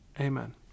Amen